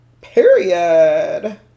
Period